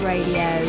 Radio